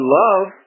love